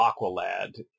Aqualad